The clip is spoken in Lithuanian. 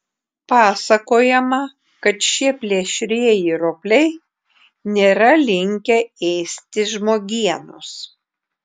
pasakojama kad šie plėšrieji ropliai nėra linkę ėsti žmogienos